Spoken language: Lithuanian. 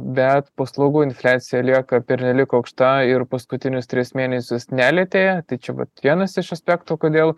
bet paslaugų infliacija lieka pernelyg aukšta ir paskutinius tris mėnesius ne lėtėja tai čia vat vienas iš aspektų kodėl